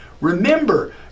Remember